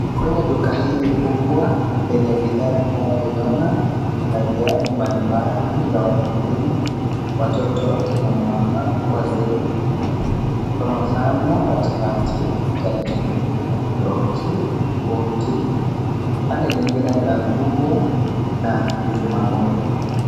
Kwenye duka hili kubwa, lenye bidhaa tunayoiona ina viatu mbalimbali za watu wazima, watoto, kina mama, wazee, kwa mfano patipati, chatuchampi, droti, buti, pande nyingine muna nguo na vizima moto.